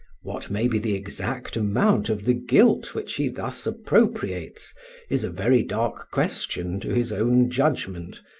what may be the exact amount of the guilt which he thus appropriates is a very dark question to his own judgment,